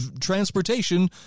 transportation